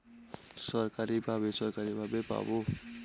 সরকারি বা বেসরকারি ভাবে পাবো